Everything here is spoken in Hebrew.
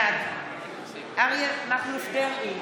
בעד אריה מכלוף דרעי,